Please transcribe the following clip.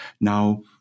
Now